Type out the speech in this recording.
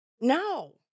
No